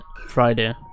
Friday